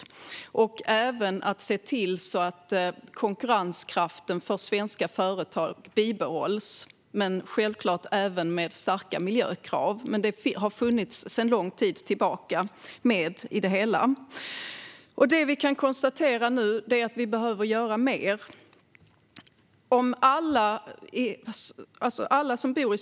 Det handlade också om att se till så att konkurrenskraften för svenska företag bibehålls, självklart med starka miljökrav. Detta har sedan lång tid tillbaka funnits med i det hela. Det vi nu kan konstatera är att vi behöver göra mer.